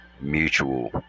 Mutual